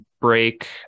break